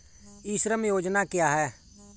ई श्रम योजना क्या है?